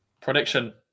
Prediction